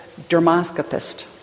dermoscopist